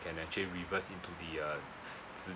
can actually reverse into the uh